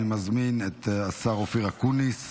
אני מזמין את השר אופיר אקוניס,